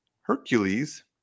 Hercules